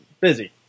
Busy